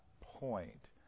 point